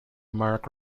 marc